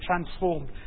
transformed